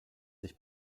sich